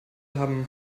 haben